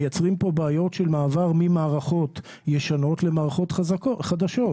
מייצרים פה בעיות של מעבר ממערכות ישנות למערכות חדשות.